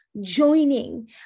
joining